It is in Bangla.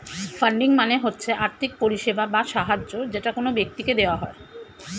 ফান্ডিং মানে হচ্ছে আর্থিক পরিষেবা বা সাহায্য যেটা কোন ব্যক্তিকে দেওয়া হয়